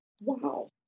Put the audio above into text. Wow